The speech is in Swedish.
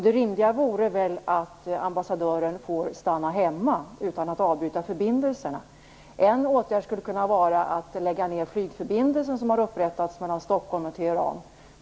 Det rimliga vore väl att ambassadören får stanna hemma utan att man avbryter förbindelserna. En annan åtgärd skulle kunna vara att lägga ned den flygförbindelse som har upprättats mellan Stockholm och Teheran.